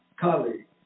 colleague